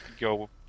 go